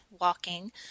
walking